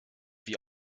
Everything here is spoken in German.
wie